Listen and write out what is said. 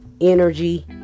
energy